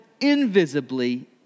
invisibly